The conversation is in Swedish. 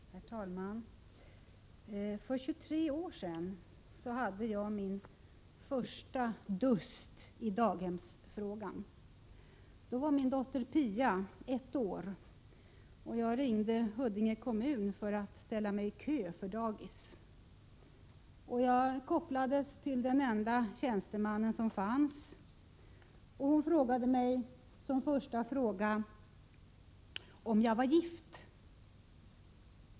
Herr talman! För 23 år sedan hade jag min första dust i daghemsfrågan. Då var min dotter Pia ett år, och jag ringde Huddinge kommun för att ställa mig i kö för dagis. Jag kopplades till den enda tjänsteman som fanns, och hon frågade mig som första fråga om jag var gift.